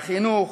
החינוך,